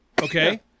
Okay